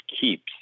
keeps